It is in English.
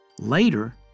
Later